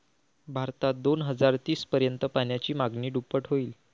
भारतात दोन हजार तीस पर्यंत पाण्याची मागणी दुप्पट होईल